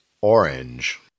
Orange